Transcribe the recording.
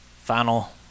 final